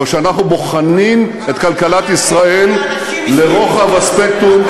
אבל כשאנחנו בוחנים את כלכלת ישראל לרוחב הספקטרום,